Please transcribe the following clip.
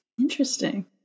Interesting